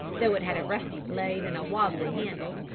though it had a rusty blade and a wobbly handle,